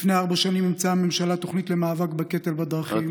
לפני ארבע שנים אימצה הממשלה תוכנית למאבק בקטל בדרכים,